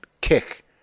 kick